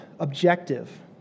objective